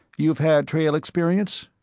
you've had trail experience?